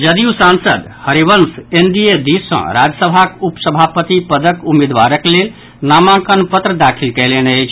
जदयू सांसद हरिवंश एनडीए दिस सॅ राज्यसभाक उपसभापति पदक उम्मीदवारक लेल नामांकन पत्र दाखिल कयलनि अछि